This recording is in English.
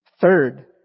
Third